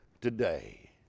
today